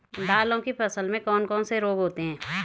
दालों की फसल में कौन कौन से रोग होते हैं?